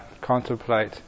contemplate